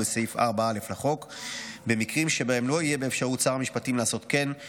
הנושא הבא על סדר-היום: החלטת הממשלה על העברת סמכות משר המשפטים לשר